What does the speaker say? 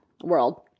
world